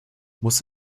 muss